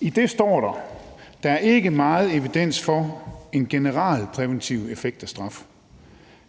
I den står der, at der ikke er meget evidens for en generalpræventiv effekt af straf.